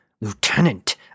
Lieutenant